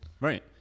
Right